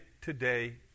today